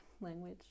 language